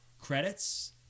credits